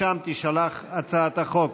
לשם תישלח הצעת החוק.